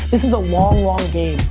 this is a long, long game.